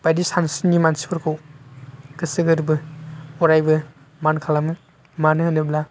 बायदि सानस्रिनि मानसिफोरखौ गोसो गोरबो अरायबो मान खालामो मानो होनोब्ला